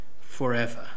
forever